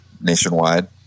nationwide